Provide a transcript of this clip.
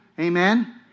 Amen